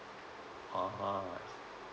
(uh huh)